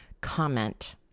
comment